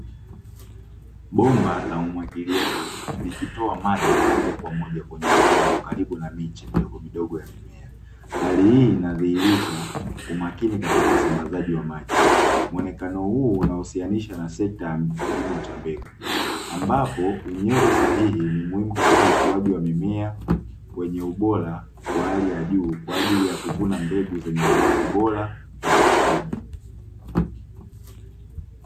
Bomba la umwagiliaji likitoa maji moja kwa moja kwenye udongo karibu na miche midogomidogo ya mimea. Hali hii inadhihirisha umakini katika usambazaji wa maji. Muonekano huu unahusianisha na sekta ya kilimo cha mbegu, ambapo unyevu sahihi ni muhimu katika ukuaji wa mmea wenye ubora wa hali ya juu kwaajili ya kuvuna mbegu zenye viwango bora vya uotaji.